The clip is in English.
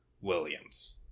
williams